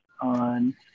on